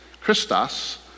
Christos